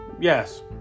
Yes